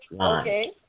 Okay